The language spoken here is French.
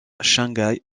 shanghai